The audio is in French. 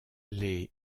les